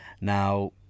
Now